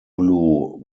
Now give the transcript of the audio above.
blue